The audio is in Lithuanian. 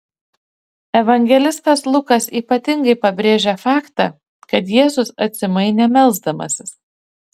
evangelistas lukas ypatingai pabrėžia faktą kad jėzus atsimainė melsdamasis